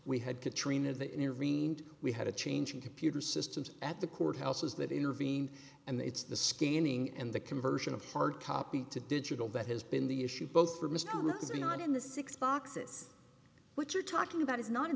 we had katrina that intervened we had a change in computer systems at the courthouses that intervened and it's the scanning and the conversion of hard copy to digital that has been the issue both for mr z not in the six boxes which you're talking about is not in